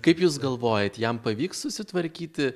kaip jūs galvojat jam pavyks susitvarkyti